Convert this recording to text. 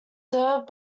served